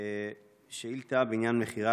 ששינתה את